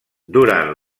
durant